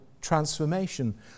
transformation